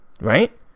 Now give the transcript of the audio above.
Right